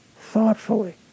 thoughtfully